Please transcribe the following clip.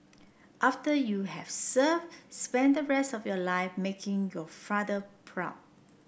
after you have served spend the rest of your life making your father proud